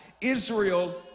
Israel